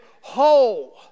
whole